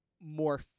more